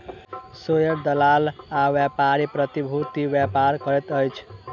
share दलाल आ व्यापारी प्रतिभूतिक व्यापार करैत अछि